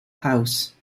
house